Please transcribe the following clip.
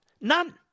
None